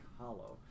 Hollow